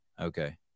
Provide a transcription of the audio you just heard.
Okay